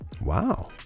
Wow